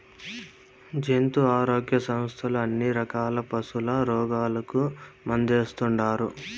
జంతు ఆరోగ్య సంస్థలు అన్ని రకాల పశుల రోగాలకు మందేస్తుండారు